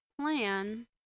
plan